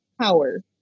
Power